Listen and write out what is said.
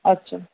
আচ্ছা